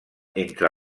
entre